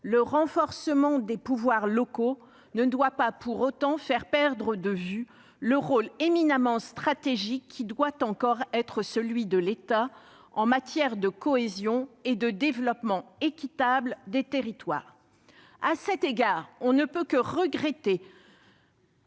le renforcement des pouvoirs locaux ne doit pas pour autant faire perdre de vue le rôle éminemment stratégique qui doit encore être celui de l'État en matière de cohésion et de développement équitable des territoires. À cet égard, on ne peut que regretter